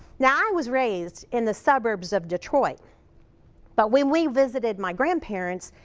now, i was raised in the suburbs of detroit but when we visited my grandparents,